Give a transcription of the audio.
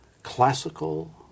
Classical